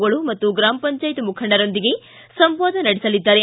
ಗಳು ಮತ್ತು ಗ್ರಾಮ ಪಂಚಾಯತ್ ಮುಖಂಡರೊಂದಿಗೆ ಸಂವಾದ ನಡೆಸಲಿದ್ದಾರೆ